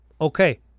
Okay